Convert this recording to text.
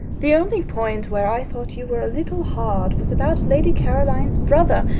the only point where i thought you were a little hard was about lady caroline's brother,